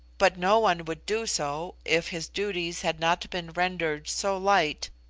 but no one would do so if his duties had not been rendered so light,